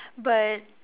but